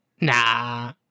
Nah